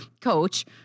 coach